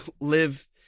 live